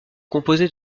composée